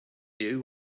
you